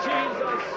Jesus